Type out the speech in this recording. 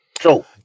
So-